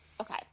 okay